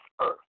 earth